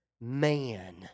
man